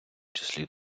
числі